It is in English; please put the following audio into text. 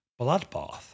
Bloodbath